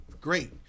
great